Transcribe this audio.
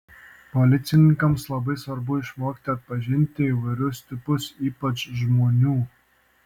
policininkams labai svarbu išmokti atpažinti įvairius tipus ypač žmonių